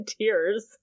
tears